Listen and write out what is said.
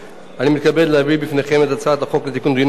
אני מתכבד להביא בפניכם את הצעת חוק לתיקון דיני הבחירות